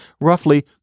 roughly